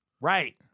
Right